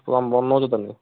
ପୂରା